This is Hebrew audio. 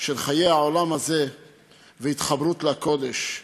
מחיי העולם הזה והתחברות לקודש,